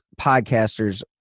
podcasters